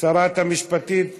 שרת המשפטים איננה,